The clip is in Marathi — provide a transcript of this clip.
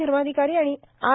धर्माधिकारी आणि आर